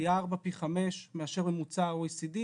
פי ארבע, פי חמש מאשר ממוצע ה-OECD.